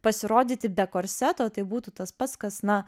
pasirodyti be korseto tai būtų tas pats kas na